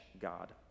God